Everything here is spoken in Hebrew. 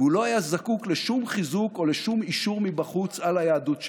והוא לא היה זקוק לשום חיזוק או לשום אישור מבחוץ על היהדות שלו.